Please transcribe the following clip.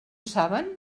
saben